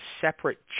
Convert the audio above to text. separate